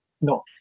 No